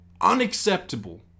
Unacceptable